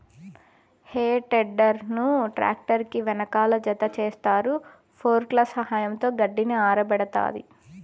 హే tedder ను tractor కి వెనకాల జతచేస్తారు, ఫోర్క్ల సహాయంతో గడ్డిని ఆరబెడతాది